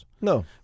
No